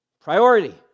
priority